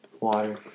Water